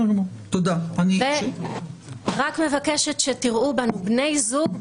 אני רק מבקשת שתראו בנו בני זוג.